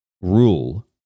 rule